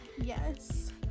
Yes